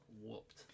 whooped